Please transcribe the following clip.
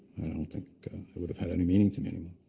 don't think it would've had any meaning to me anymore.